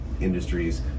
industries